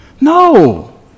No